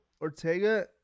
Ortega